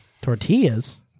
tortillas